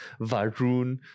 Varun